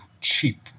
cheap